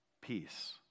peace